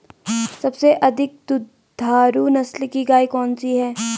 सबसे अधिक दुधारू नस्ल की गाय कौन सी है?